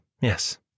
Yes